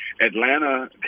Atlanta